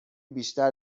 بیشتر